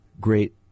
Great